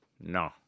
No